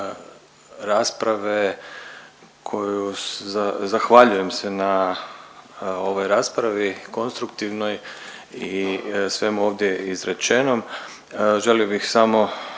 rasprave koju zahvaljujem se na ovoj raspravi konstruktivnoj i svemu ovdje izrečenom. Želio bih samo